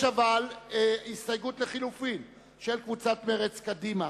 אנחנו עוברים לסעיף 40. קבוצת קדימה, קבוצת חד"ש,